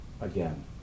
Again